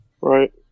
Right